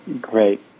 Great